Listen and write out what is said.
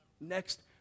next